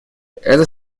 это